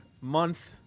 month